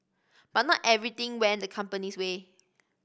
but not everything went the company's way